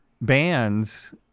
bands